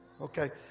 Okay